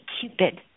Cupid